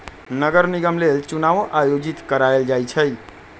नगर निगम लेल चुनाओ आयोजित करायल जाइ छइ